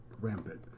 rampant